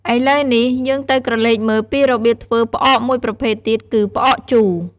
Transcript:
ឥឡូវនេះ យើងទៅក្រឡេកមើលពីរបៀបធ្វើផ្អកមួយប្រភេទទៀត គឺផ្អកជូរ។